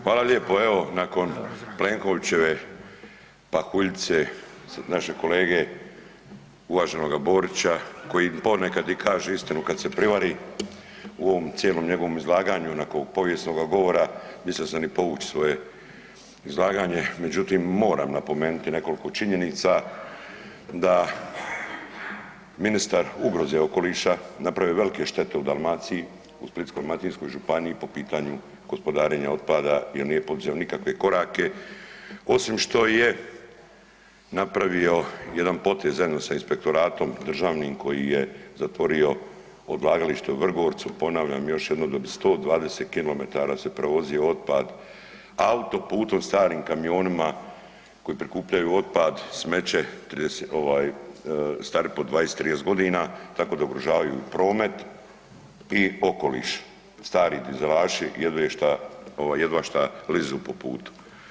Hvala lijepo, evo nakon Plenkovićeve pahuljice, našeg kolege uvaženoga Borića koji ponekada i kaže istinu kad se privari u ovom cijelom njegovom izlaganju nakon povijesnoga govora mislio sam i povući svoje izlaganje, međutim moram napomenuti nekoliko činjenica da ministar ugroze okoliša napravio je velike štete u Dalmaciji, u Splitsko-dalmatinskoj županiji po pitanju gospodarenja otpada jer nije poduzeo nikakve korake osim što je napravio jedan potez zajedno sa inspektoratom državnim koji je zatvorio odlagalište u Vrgorcu, ponavljam još jednom da bi 120 km se prevozio otpad autoputom, starim kamionima koji prikupljaju otpad, smeće ovaj stari po 20, 30 godina tako da ugrožavaju i promet i okoliš, stari dizelaši jedve šta, ovaj jedva šta lizu po putu.